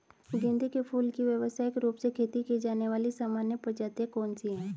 गेंदे के फूल की व्यवसायिक रूप से खेती की जाने वाली सामान्य प्रजातियां कौन सी है?